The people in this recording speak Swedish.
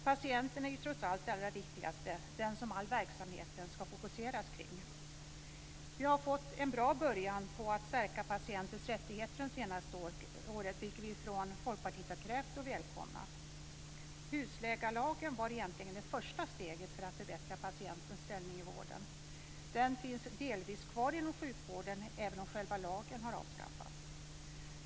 Patienten är ju trots allt det allra viktigaste - den som all verksamhet ska fokuseras kring. Vi har fått en bra början när det gäller att stärka patientens rättigheter de senaste åren, vilket vi från Folkpartiet har krävt och välkomnat. Husläkarlagen var egentligen det första steget för att förbättra patientens ställning i vården. Den finns delvis kvar inom sjukvården, även om själva lagen har avskaffats.